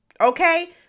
Okay